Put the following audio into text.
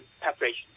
preparation